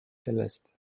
sellest